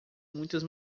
muitas